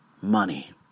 money